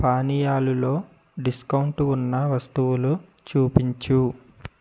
పానీయాలులో discount ఉన్న వస్తువులు చూపించు